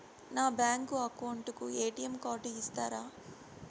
నా bank account కు ATM card ఇస్తారా